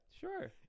Sure